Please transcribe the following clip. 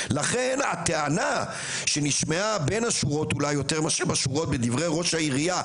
לכן הטענה שנשמעה בין השורות אולי יותר ממה שבשורות בדברי ראש העירייה,